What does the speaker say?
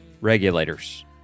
regulators